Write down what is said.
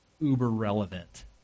uber-relevant